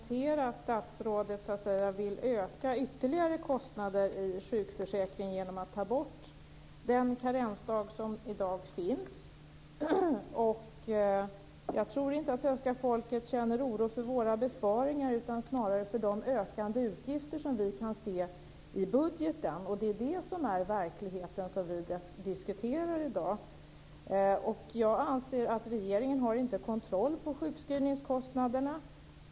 Fru talman! Då kan jag bara notera att statsrådet vill öka kostnaderna ytterligare i sjukförsäkringen genom att ta bort den karensdag som i dag finns. Jag tror inte att svenska folket känner oro för våra besparingar utan snarare för de ökande utgifter som vi kan se i budgeten. Det är det som är verkligheten, som vi diskuterar i dag. Jag anser att regeringen inte har kontroll på sjukskrivningskostnaderna.